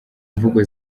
mvugo